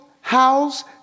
house